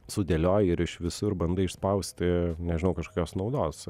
sudėlioji ir iš visur bandai išspausti nežinau kažkokios naudos